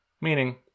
Meaning